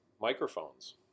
microphones